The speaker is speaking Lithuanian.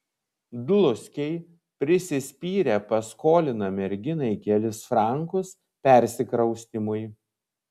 dluskiai prisispyrę paskolina merginai kelis frankus persikraustymui